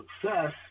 success